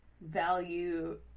value